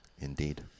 Indeed